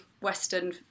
Western